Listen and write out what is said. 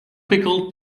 pickle